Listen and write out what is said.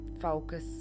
focus